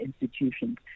institutions